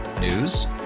News